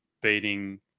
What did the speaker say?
beating